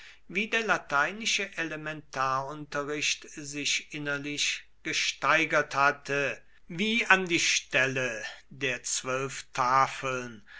wie der lateinische elementarunterricht sich innerlich gesteigert hatte wie an die stelle der zwölf tafeln